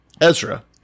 Ezra